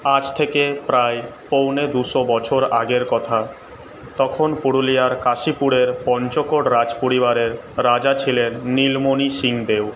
আজ থেকে প্রায় পৌনে দুশো বছর আগের কথা তখন পুরুলিয়ার কাশীপুরের পঞ্চোকোট রাজপরিবারের রাজা ছিলেন নীলমণি সিং দেও